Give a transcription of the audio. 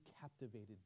captivated